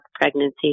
pregnancy